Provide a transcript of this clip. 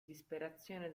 disperazione